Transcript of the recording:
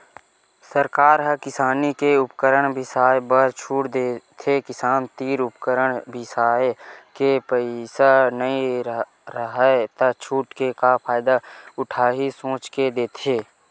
सरकार ह किसानी के उपकरन बिसाए बर छूट देथे किसान तीर उपकरन बिसाए के पइसा नइ राहय त छूट के का फायदा उठाही सोच के देथे